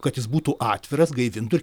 kad jis būtų atviras gaivintų ir